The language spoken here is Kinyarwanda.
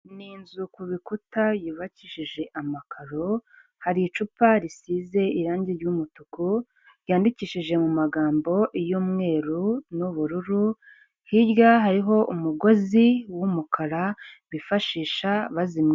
Ni inzu ku bikuta yubakishije amakaro, hari icupa risize irangi ry'umutuku, ryandikishije mu magambo y'umweru n'ubururu, hirya hariho umugozi w'umukara bifashisha bazimya.